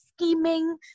scheming